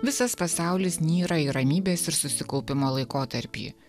visas pasaulis nyra į ramybės ir susikaupimo laikotarpį